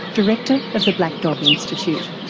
director of the black dog institute.